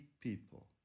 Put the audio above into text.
people